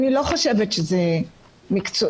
אני לא חושבת שזה מקצועי.